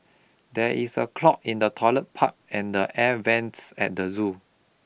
there is a clog in the toilet pipe and the air vents at the zoo